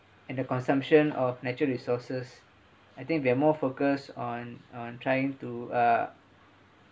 and the consumption of natural resources I think we are more focused on on trying to uh